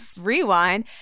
rewind